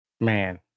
Man